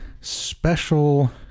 special